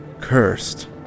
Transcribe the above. Cursed